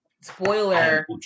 spoiler